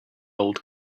old